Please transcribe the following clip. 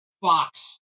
Fox